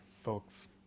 folks